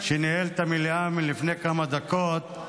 שניהל את המליאה לפני כמה דקות,